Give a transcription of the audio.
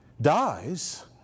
dies